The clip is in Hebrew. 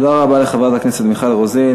תודה רבה לחברת הכנסת מיכל רוזין.